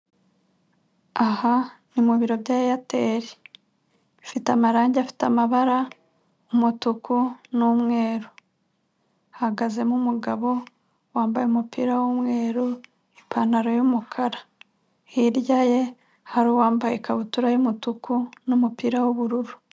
Aha ni mu biro bya Airtel hafite amarangi afite amabara umutuku n'umweru, hahagazemo umugabo wambaye umupira w'umweru ipantaro y'umukara, hirya ye ha uwambaye ikabutura y'umutuku n'umupira w'ubururu.